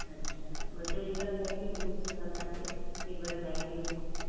अच्छा हुते river side बि मिली वेंदो असांखे रिवर साइड व्यू